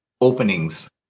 openings